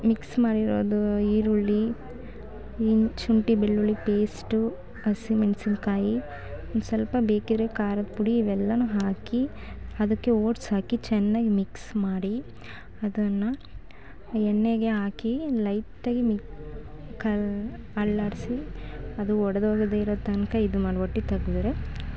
mix ಮಾಡಿರೋದು ಈರುಳ್ಳಿ ಇನ್ನು ಶುಂಠಿ ಬೆಳ್ಳುಳ್ಳಿ ಪೇಸ್ಟು ಹಸಿಮೆಣ್ಸಿನ್ಕಾಯಿ ಒಂದು ಸ್ವಲ್ಪ ಬೇಕಿದ್ದರೆ ಖಾರದ್ ಪುಡಿ ಇವೆಲ್ಲವೂ ಹಾಕಿ ಅದಕ್ಕೆ ಓಟ್ಸ್ ಹಾಕಿ ಚೆನ್ನಾಗಿ ಮಿಕ್ಸ್ ಮಾಡಿ ಅದನ್ನು ಎಣ್ಣೆಗೆ ಹಾಕಿ ಲೈಟಾಗಿ ಮಿಕ್ಕ ಅಲ್ಲಾಡಿಸಿ ಅದು ಒಡೆದೋಗದೆ ಇರೋ ತನಕ ಇದು ಮಾಡಿಬಿಟ್ಟು ತೆಗ್ದರೆ